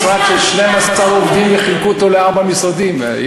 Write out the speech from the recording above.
לקחו משרד של 12 עובדים וחילקו אותו לארבעה משרדים.